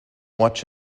watch